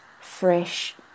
fresh